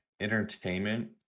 entertainment